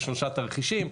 יש שלושה תרחישים.